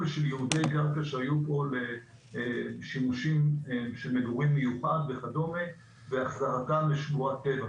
שיריוני קרקע שהיו פה לשימושים של מגורים וכדומה והחזרת לשמורת טבע,